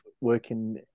working